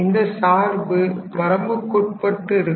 இந்த சார்பு வரம்புக்குட்பட்டு இருக்கும்